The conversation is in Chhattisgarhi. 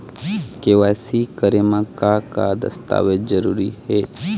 के.वाई.सी करे म का का दस्तावेज जरूरी हे?